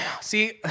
see